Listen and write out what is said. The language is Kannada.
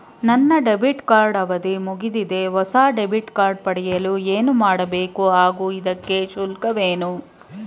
ನನ್ನ ಡೆಬಿಟ್ ಕಾರ್ಡ್ ಅವಧಿ ಮುಗಿದಿದೆ ಹೊಸ ಡೆಬಿಟ್ ಕಾರ್ಡ್ ಪಡೆಯಲು ಏನು ಮಾಡಬೇಕು ಹಾಗೂ ಇದಕ್ಕೆ ಶುಲ್ಕವೇನು?